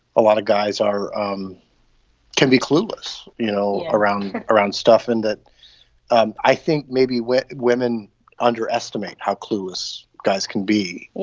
a lot of guys are um can be clueless, you know, around and around stuff. and that um i think maybe women women underestimate how clueless guys can be.